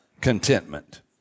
contentment